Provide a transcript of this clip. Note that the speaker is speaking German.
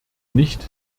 nicht